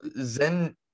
zen